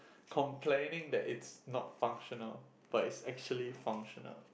complaining that it's not functional but it's actually functional